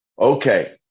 okay